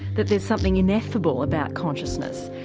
that there's something ineffable about consciousness.